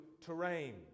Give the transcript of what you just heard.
terrain